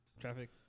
traffic